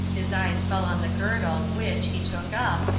his eyes fell on the girdle which, he took up,